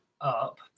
up